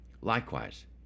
likewise